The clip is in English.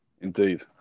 Indeed